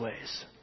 ways